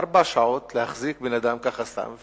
ארבע שעות להחזיק בן-אדם ככה סתם,